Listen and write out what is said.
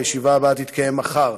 הישיבה הבאה תתקיים מחר,